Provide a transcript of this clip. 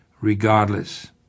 regardless